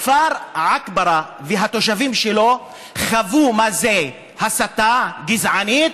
הכפר עכברא והתושבים שלו חוו מה זה הסתה גזענית,